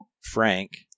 Frank